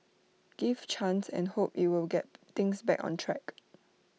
give chance and hope IT will get things back on track